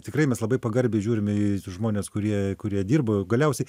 tikrai mes labai pagarbiai žiūrime į žmones kurie kurie dirbo galiausiai